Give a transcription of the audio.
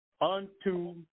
unto